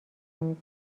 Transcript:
کنید